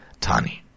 Tani